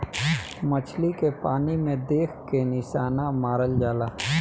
मछली के पानी में देख के निशाना मारल जाला